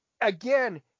again